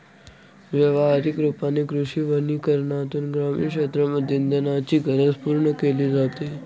व्यवहारिक रूपाने कृषी वनीकरनातून ग्रामीण क्षेत्रांमध्ये इंधनाची गरज पूर्ण केली जाते